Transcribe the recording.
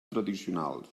tradicionals